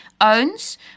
owns